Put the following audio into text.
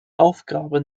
aufgabe